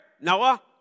Noah